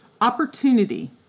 Opportunity